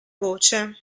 voce